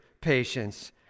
patience